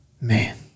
Man